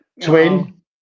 twin